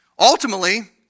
Ultimately